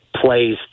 plays